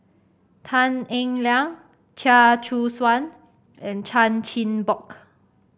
Tan Eng Liang Chia Choo Suan and Chan Chin Bock